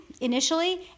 initially